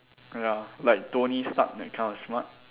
ya like Tony Stark that kind of smart